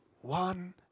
One